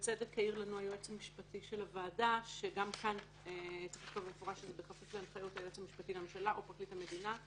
בכפוף להנחיות היועץ המשפטי לממשלה או פרקליט המדינה,